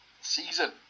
season